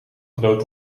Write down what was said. groot